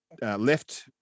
left